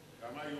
כמה היו